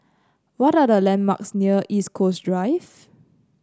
what are the landmarks near Eastwood Drive